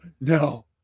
No